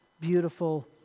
beautiful